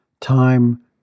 time